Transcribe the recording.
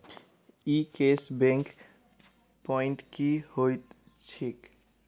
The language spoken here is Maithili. ई कैश बैक प्वांइट की होइत छैक?